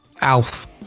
ALF